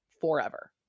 forever